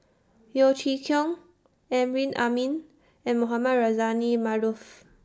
Yeo Chee Kiong Amrin Amin and Mohamed Rozani Maarof